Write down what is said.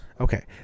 Okay